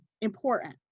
important